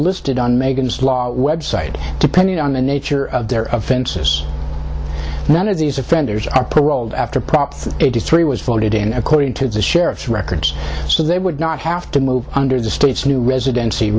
listed on megan's law website depending on the nature of their offenses none of these offenders are paroled after proper eighty three was voted in according to the sheriff's records so they would not have to move under the state's new residency